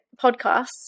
podcasts